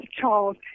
Charles